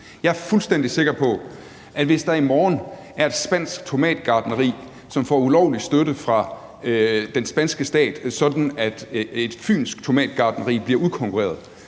Jeg er fuldstændig sikker på, at hvis der i morgen er et spansk tomatgartneri, som får ulovlig støtte fra den spanske stat, sådan at et fynsk tomatgartneri bliver udkonkurreret,